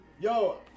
Yo